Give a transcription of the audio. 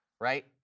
right